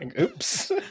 Oops